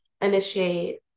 initiate